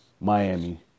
Miami